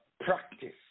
practice